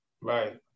Right